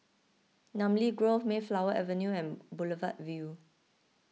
Namly Grove Mayflower Avenue and Boulevard Vue